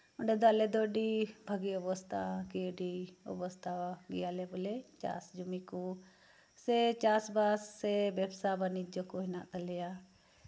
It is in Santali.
ᱚᱸᱰᱮ ᱫᱚ ᱟᱞᱮ ᱫᱚ ᱟᱹᱰᱤ ᱵᱷᱟᱜᱮ ᱚᱵᱚᱥᱛᱟ ᱜᱮᱭᱟᱞᱮ ᱵᱚᱞᱮ ᱪᱟᱥ ᱡᱩᱢᱤ ᱠᱚ ᱥᱮ ᱪᱟᱥᱵᱟᱥ ᱥᱮ ᱵᱮᱵᱥᱟ ᱵᱟᱱᱱᱤᱡᱡᱚ ᱠᱮ ᱦᱮᱱᱟᱜ ᱛᱟᱞᱮᱭᱟ